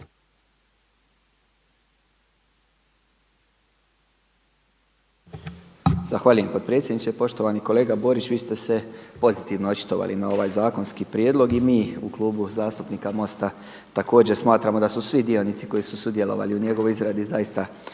Zahvaljujem potpredsjedniče. Poštovani kolega Borić, vi ste se pozitivno očitovali na ovaj zakonski prijedlog. I mi u Klubu zastupnika MOST-a također smatramo da su svi dionici koji su sudjelovali u njegovoj izradi zaista napravili